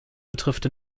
betrifft